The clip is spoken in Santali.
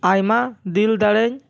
ᱟᱭᱢᱟ ᱫᱤᱞ ᱫᱟᱲᱮᱧ